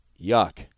Yuck